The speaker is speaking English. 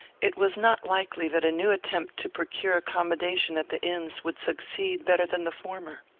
it was not likely that a new attempt to procure accommodation at the inns would succeed better than the former.